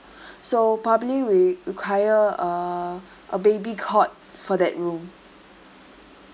so probably we require a a baby cot for that room